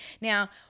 Now